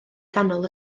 ganol